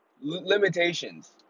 limitations